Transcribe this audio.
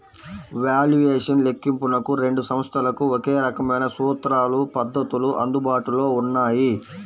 valuation లెక్కింపునకు రెండు సంస్థలకు ఒకే రకమైన సూత్రాలు, పద్ధతులు అందుబాటులో ఉన్నాయి